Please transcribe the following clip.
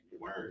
word